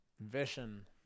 Vision